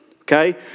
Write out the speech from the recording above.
Okay